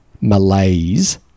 malaise